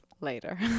later